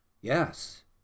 Yes